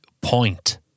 point